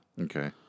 Okay